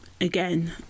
again